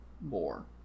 more